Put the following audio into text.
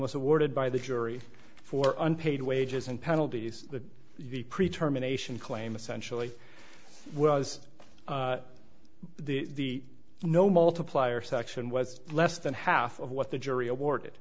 was awarded by the jury for unpaid wages and penalties the the pre term anation claim essentially was the no multiplier section was less than half of what the jury awarded